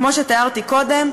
כמו שתיארתי קודם,